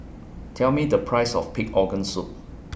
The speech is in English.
Tell Me The Price of Pig Organ Soup